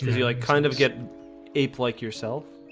he like kind of get ape-like yourself?